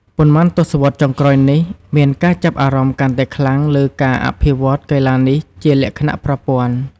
នៅប៉ុន្មានទសវត្សរ៍ចុងក្រោយនេះ មានការចាប់អារម្មណ៍កាន់តែខ្លាំងលើការអភិវឌ្ឍកីឡានេះជាលក្ខណៈប្រព័ន្ធ។